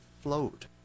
float